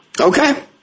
Okay